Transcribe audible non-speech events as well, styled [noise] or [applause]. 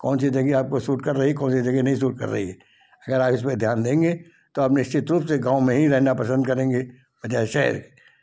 कौन सी जगह आपको सूट कर रही है कौन सी जगह आपको सूट नहीं कर रही है [unintelligible] आप इस पे ध्यान देंगे तो आप निश्चित रूप से गाँव में ही रहना पसंद करेंगे जैसे